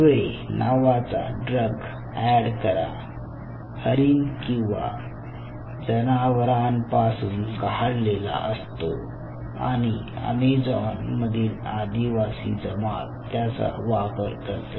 क्युरे नावाचा ड्रग एड करा हरिण किंवा जनावरांपासून काढलेला असतो आणि अमेझॉन मधील आदिवासी जमात त्याचा वापर करते